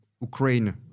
Ukraine